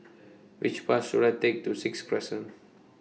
Which Bus should I Take to Sixth Crescent